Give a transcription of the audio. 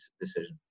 decision